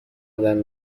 آدم